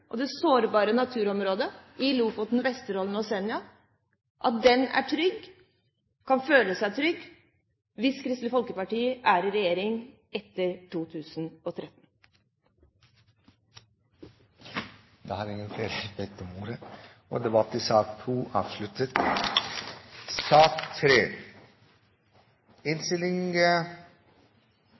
og det sårbare naturområdet i Lofoten, Vesterålen og Senja er trygge, og man kan føle seg trygg hvis Kristelig Folkeparti er i regjering etter 2013. Flere har ikke bedt om ordet til sak nr. 2. La meg først få lov til å takke komiteen for konstruktivt arbeid underveis i